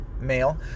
male